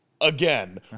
Again